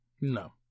No